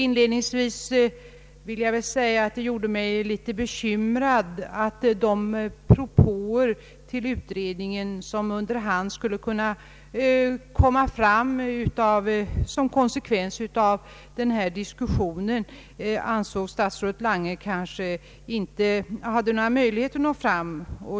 Inledningsvis vill jag säga att jag är litet bekymrad över att herr statsrådet Lange sade att de propåer som under hand skulle kunna komma fram till konsumentutredningen som en konsekvens av den diskussion som nu förts inte kunde nå fram.